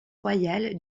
royal